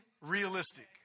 realistic